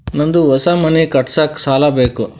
ನಂದು ಹೊಸ ಮನಿ ಕಟ್ಸಾಕ್ ಸಾಲ ಬೇಕು